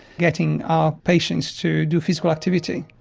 getting our patients to do physical activity.